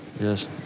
Yes